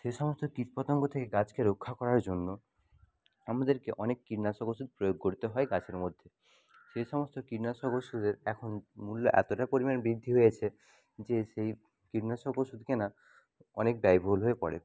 সেই সমস্ত কীট পতঙ্গ থেকে গাছকে রক্ষা করার জন্য আমাদেরকে অনেক কীটনাশক ওষুধ প্রয়োগ করতে হয় গাছের মধ্যে সেই সমস্ত কীটনাশক ওষুধের এখন মূল্য এতোটা পরিমাণে বৃদ্ধি হয়েছে যে সেই কীটনাশক ওষুধ কেনা অনেক ব্যয়বহুল হয়ে পড়ে